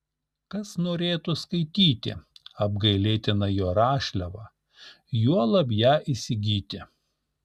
kas norėtų skaityti apgailėtiną jo rašliavą juolab ją įsigyti